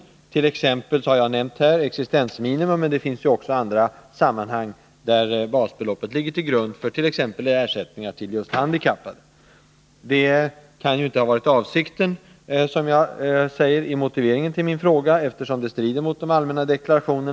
Som exempel har jag nämnt existensminimum, och även i andra sammanhang — exempelvis när det gäller handikappade — ligger basbeloppet till grund för ersättningarna. Som jag framhåller i motiveringen till min fråga kan det ju inte ha varit avsikten att svaga grupper skall drabbas — det skulle strida mot regeringens allmänna deklarationer.